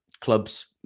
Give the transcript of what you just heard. clubs